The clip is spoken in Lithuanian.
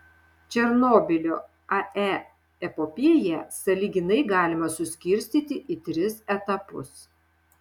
černobylio ae epopėją sąlyginai galima suskirstyti į tris etapus